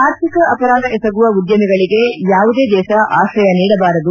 ಆರ್ಥಿಕ ಅಪರಾಧ ಎಸಗುವ ಉದ್ಯಮಿಗಳಿಗೆ ಯಾವುದೇ ದೇಶ ಆಶ್ರಯ ನೀಡಬಾರದು